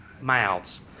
mouths